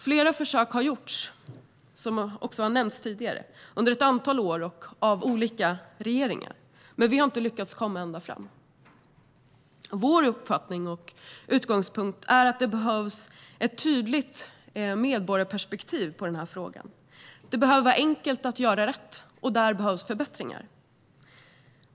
Som också har nämnts har flera försök gjorts under ett antal år och av olika regeringar, men vi har inte lyckats komma ända fram. Vår uppfattning och utgångspunkt är att det behövs ett tydligt medborgarperspektiv på den här frågan. Det behöver vara enkelt att göra rätt, och där behövs förbättringar.